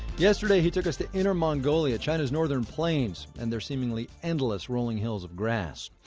yesterday, he took us to inner mongolia, china's northern plains and their seemingly endless rolling hills of grass.